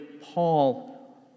Paul